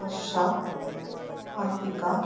Varsha Advika